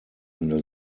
under